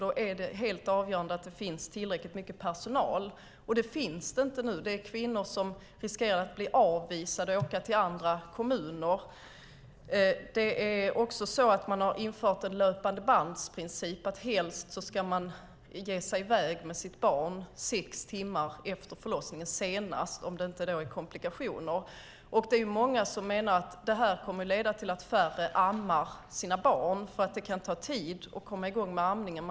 Då är det helt avgörande att det finns tillräckligt mycket personal. Det finns det inte nu. Kvinnor riskerar att bli avvisade och får åka till andra kommuner. Det är också så att man har infört en löpandebandsprincip. Helst ska man ge sig i väg med sitt barn senast sex timmar efter förlossningen, om det inte är komplikationer. Det är många som menar att det här kommer att leda till att färre ammar sina barn, för det kan ta tid att komma i gång med amningen.